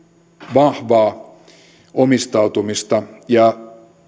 vahvaa omistautumista ja